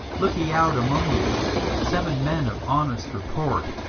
look ye out among you seven men of honest report,